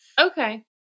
okay